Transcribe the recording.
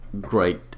great